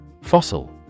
Fossil